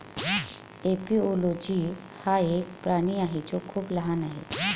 एपिओलोजी हा एक प्राणी आहे जो खूप लहान आहे